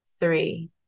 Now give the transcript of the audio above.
three